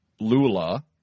Lula